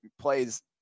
plays